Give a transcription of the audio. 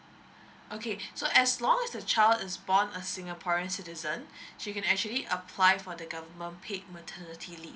okay so as long as the child is born a singaporean citizen she can actually apply for the government paid maternity leave